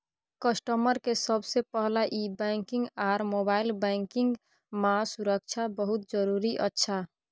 customer के सबसे पहला ई बैंकिंग आर मोबाइल बैंकिंग मां सुरक्षा बहुत जरूरी अच्छा